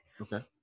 okay